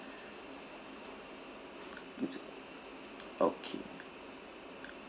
that's it okay